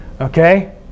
okay